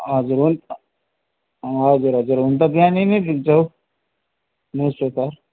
हजुर हुन् हजुर हजुर हुनु त् बिहान नै दिन्छौँ न्युज पेपर